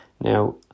now